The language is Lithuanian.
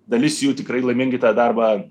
dalis jų tikrai laimingi tą darbą